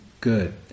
good